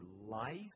life